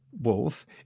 Wolf